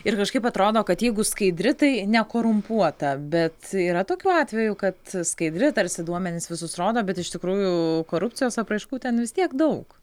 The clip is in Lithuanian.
ir kažkaip atrodo kad jeigu skaidri tai nekorumpuota bet yra tokių atvejų kad skaidri tarsi duomenis visus rodo bet iš tikrųjų korupcijos apraiškų ten vis tiek daug